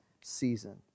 season